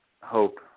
Hope